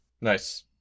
Nice